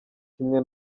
kimwe